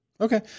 Okay